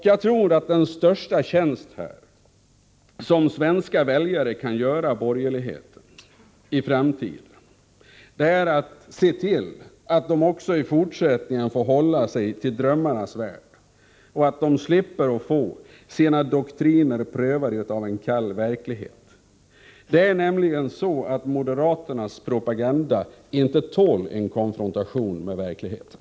Jag tror att den största tjänst som svenska väljare kan göra borgerligheten är att se till att man också i fortsättningen får hålla sig till drömmarnas värld och att man slipper få sina doktriner prövade i en kall verklighet. Moderaternas propaganda tål nämligen inte en konfrontation med verkligheten.